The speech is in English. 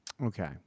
Okay